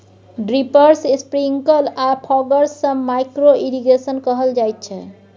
drippers, sprinkle आ foggers सँ micro irrigation कहल जाइत छै